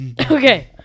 Okay